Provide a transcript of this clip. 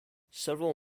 several